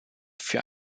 für